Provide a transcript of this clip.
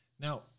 Now